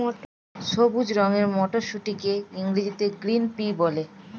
সবুজ রঙের মটরশুঁটিকে ইংরেজিতে গ্রিন পি বলে